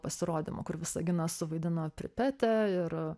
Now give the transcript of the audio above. pasirodymo kur visaginas suvaidino pripetę ir